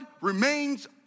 remains